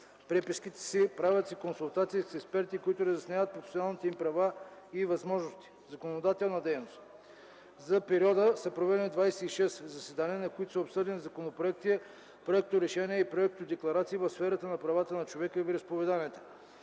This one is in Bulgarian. преписката си. Правят се консултации с експерти, които разясняват процесуалните им права и възможности. Законодателна дейност За периода са проведени 26 заседания, на които са обсъдени законопроекти, проекторешения и проектодекларации в сферата на правата на човека и вероизповеданията.